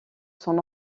son